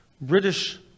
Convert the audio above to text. British